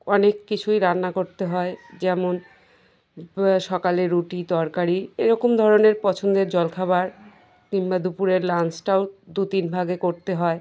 অনেক কিছুই রান্না করতে হয় যেমন সকালে রুটি তরকারি এ রকম ধরনের পছন্দের জলখাবার কিংবা দুপুরের লাঞ্চটাও দু তিন ভাগে করতে হয়